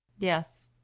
yes.